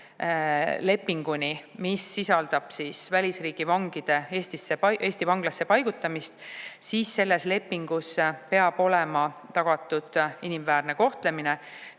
lepinguni, mis sisaldab välisriigi vangide Eesti vanglasse paigutamist, siis selles lepingus peab olema tagatud inimväärne kohtlemine,